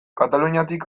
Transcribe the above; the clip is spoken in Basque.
kataluniatik